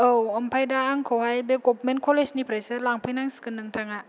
औ ओमफाय दा आंखौहाय बे गभमेन्ट कलेजनिफ्रायसो लांफैनांसिगोन नोंथाङा